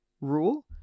rule